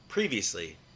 Previously